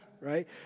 right